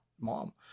mom